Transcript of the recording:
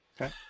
Okay